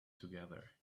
together